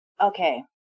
Okay